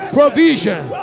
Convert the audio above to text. Provision